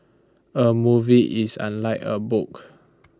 A movie is unlike A book